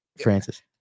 Francis